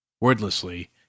Wordlessly